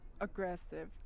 aggressive